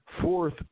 Fourth